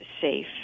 safe